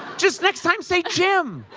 just next time say jim.